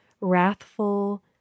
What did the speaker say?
wrathful